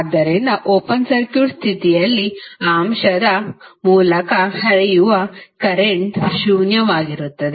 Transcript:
ಆದ್ದರಿಂದ open circuit ಸ್ಥಿತಿಯಲ್ಲಿ ಆ ಅಂಶದ ಮೂಲಕ ಹರಿಯುವ ಕರೆಂಟ್ ಶೂನ್ಯವಾಗಿರುತ್ತದೆ